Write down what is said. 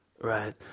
Right